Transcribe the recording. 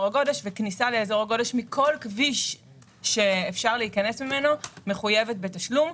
הגודש וכניסה לאזור הגודש מכל כביש שאפשר להיכנס ממנו מחויבת בתשלום.